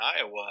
Iowa